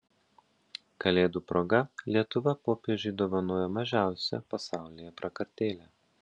kalėdų proga lietuva popiežiui dovanojo mažiausią pasaulyje prakartėlę